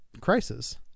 crisis